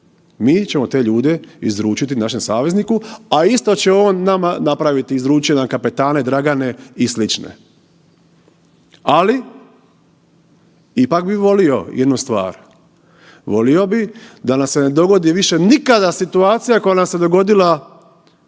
Mi ćemo te ljude izručiti našem savezniku, a isto će on nama napraviti, izručiti nam kapetane Dragane i sl. Ali, ipak bi volio jednu stvar. Volio bih da nam se ne dogodi više nikada situacija koja nam se dogodila